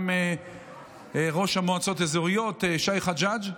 גם ראש המועצות האזוריות שי חג'ג,